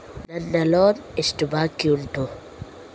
ನನ್ನ ಲೋನ್ ಎಷ್ಟು ಬಾಕಿ ಉಂಟು?